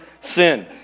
sin